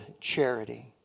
Charity